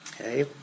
Okay